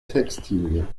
textilien